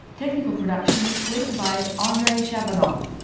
technical production this week by ah andrei shabunov,